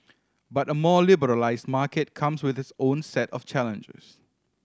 but a more liberalised market comes with its own set of challenges